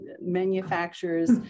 manufacturers